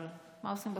אבל מה עושים בחו"ל?